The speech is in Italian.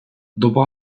dopo